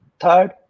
third